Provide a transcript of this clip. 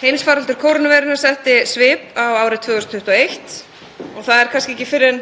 Heimsfaraldur kórónuveirunnar setti svip á árið 2021 og það er kannski ekki fyrr en